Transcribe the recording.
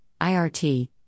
IRT